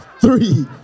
three